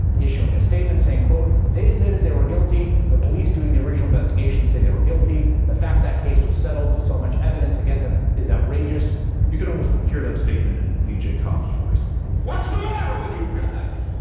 issuing a statement saying, quote, they admitted they were guilty. the police doing the original destination say they were guilty. the fact that case was settled with so much evidence against them is outrageous you can almost hear that statement in lee jay cobb's voice what's the matter with you guys?